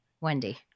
Wendy